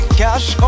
cash